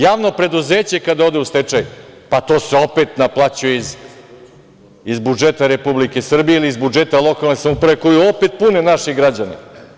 Javno preduzeće kada ode u stečaj, pa to se opet naplaćuje iz budžeta Republike Srbije ili iz budžeta lokalne samouprave, koju opet pune naši građani.